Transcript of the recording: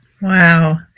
wow